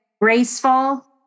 graceful